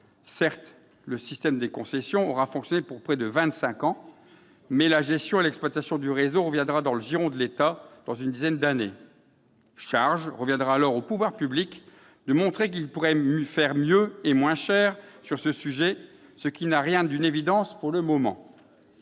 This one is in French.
Certes, le système de concessions aura fonctionné pendant près de vingt-cinq ans, mais la gestion et l'exploitation du réseau reviendront dans le giron de l'État dans une dizaine d'années. Charge reviendra alors aux pouvoirs publics de montrer qu'ils pourront faire mieux et moins cher sur ce sujet, ... Ce n'est pas difficile !... ce qui n'a rien d'une évidence pour le moment.